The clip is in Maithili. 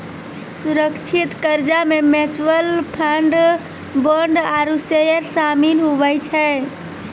सुरक्षित कर्जा मे म्यूच्यूअल फंड, बोंड आरू सेयर सामिल हुवै छै